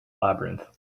labyrinth